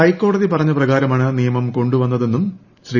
ഹൈക്കോടതി പറഞ്ഞ പ്രകാരമാണ് നിയമം കൊണ്ടുവന്നതെന്നും ശ്രീ